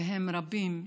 והם רבים מספור,